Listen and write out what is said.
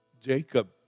Jacob